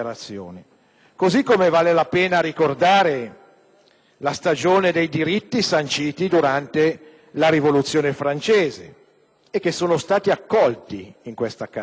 Così come vale la pena di ricordare la stagione dei diritti sanciti durante la Rivoluzione francese, accolti in questa carta